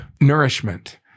nourishment